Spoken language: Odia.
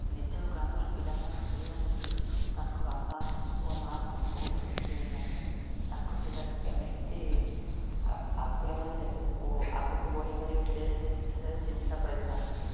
ନିଜ ଗ୍ରାମର ପିଲା ମାନଙ୍କ ଖେଳିବା ଦେଖି ତାଙ୍କ ବାପା ଓ ମାଆ ମାନେ ବହୁତ ଖୁସି ହୋଇଥାନ୍ତି ତାଙ୍କ ପିଲାଟି କେମିତି ଆଗ୍ରହରେ ଓ ଆଗକୁ ବଢ଼ି ପାରିବ ସେ ସେ ସେ ଚିନ୍ତା କରିଥାନ୍ତି